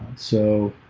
so